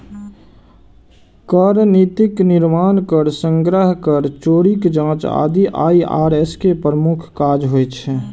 कर नीतिक निर्माण, कर संग्रह, कर चोरीक जांच आदि आई.आर.एस के प्रमुख काज होइ छै